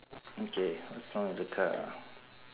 okay what's wrong with the car